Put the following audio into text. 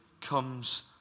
comes